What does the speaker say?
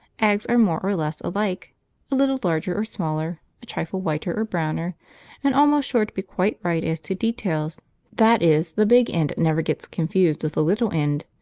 eggs are more or less alike a little larger or smaller, a trifle whiter or browner and almost sure to be quite right as to details that is, the big end never gets confused with the little end,